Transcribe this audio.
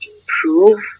improve